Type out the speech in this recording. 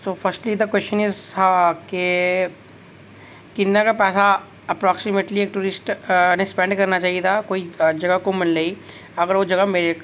so firstly question is के किन्ना गै पैसा अपरोक्सीमेटली इक्क टूरिस्ट नै स्पैंड करना चाहिदा कोई जगह घुम्मने लेई अगर ओह् जगह मेरे लेई